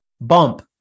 bump